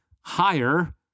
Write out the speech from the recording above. higher